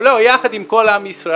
יחד עם כל עם ישראל